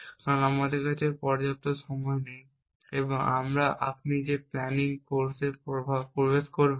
কারণ আমাদের কাছে পর্যাপ্ত সময় নেই এবং আপনি যে প্ল্যানিং কোর্সে প্রবেশ করবেন